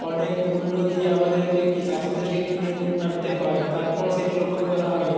অনেক মূল্য দিয়ে আমাদেরকে কী চাষিদেরকে কিনে আনতে হয় তারপর সেটি রোপণ করা হয়